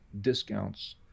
discounts